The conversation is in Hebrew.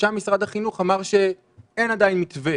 ששם משרד החינוך אמר שאין עדיין מתווה